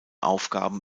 aufgaben